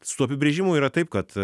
su apibrėžimu yra taip kad